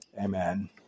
Amen